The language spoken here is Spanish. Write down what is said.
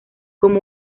como